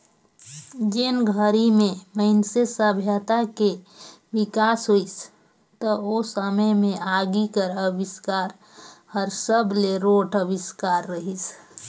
जेन घरी में मइनसे सभ्यता के बिकास होइस त ओ समे में आगी कर अबिस्कार हर सबले रोंट अविस्कार रहीस